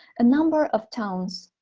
a number of towns,